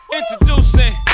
Introducing